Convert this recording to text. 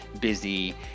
busy